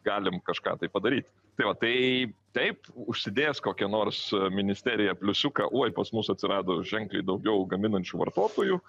galim kažką tai padaryt tai va tai taip užsidėjęs kokią nors ministerija pliusiuką uoj pas mus atsirado ženkliai daugiau gaminančių vartotojų